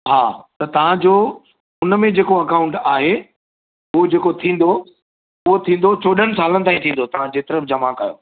हा त तव्हांजो हुन में जेको अकाउंट आहे उहो जेको थींदो उहो थींदो चोॾहनि सालनि ताईं थींदो तव्हां जेतिरा बि जमा कयो